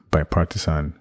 Bipartisan